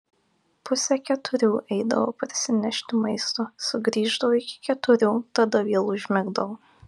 pusę keturių eidavo parsinešti maisto sugrįždavo iki keturių tada vėl užmigdavo